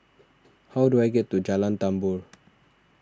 how do I get to Jalan Tambur